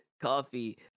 coffee